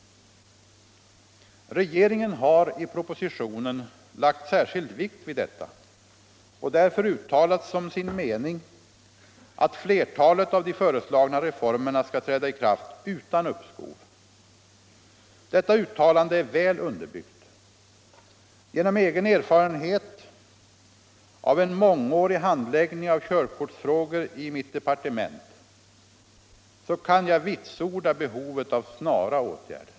Regeringen har i propositionen lagt särskild vikt vid detta och därför uttalat som sin mening att flertalet av de föreslagna reformerna skall träda i kraft utan uppskov. Detta uttalande är väl underbyggt. Genom egen erfarenhet av en mångårig handläggning av körkortsfrågor i mitt departement kan jag vitsorda behovet av snara åtgärder.